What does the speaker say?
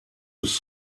was